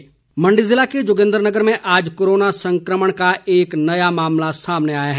Covid update Mandi ज़िले के जोगिन्द्रनगर में आज कोरोना संक्रमण का एक नया मामला सामने आया है